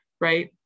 right